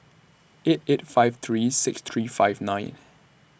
eight eight five three six three five nine